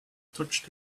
touched